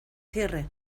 cierre